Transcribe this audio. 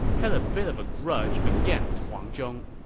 had a bit of a grudge against huang zhong